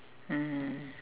mmhmm